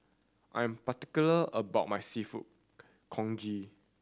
I'm particular about my Seafood Congee